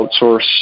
outsource